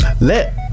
let